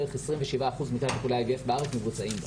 בערך 27% מכלל טיפולי ה IVF בארץ מבוצעים בה